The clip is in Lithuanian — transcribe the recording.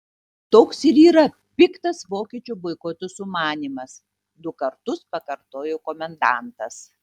toks ir yra piktas vokiečių boikoto sumanymas du kartus pakartojo komendantas